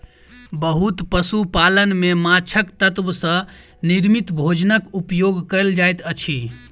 बहुत पशु पालन में माँछक तत्व सॅ निर्मित भोजनक उपयोग कयल जाइत अछि